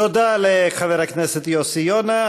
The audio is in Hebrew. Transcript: תודה לחבר הכנסת יוסי יונה.